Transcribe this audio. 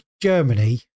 Germany